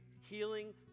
Healing